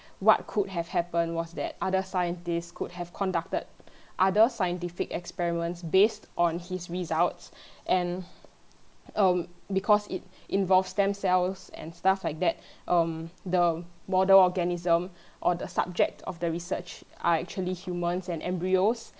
what could have happened was that other scientist could have conducted other scientific experiments based on his results and um because it involves stem cells and stuff like that um the model organism or the subject of the research are actually humans and embryos